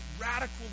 radical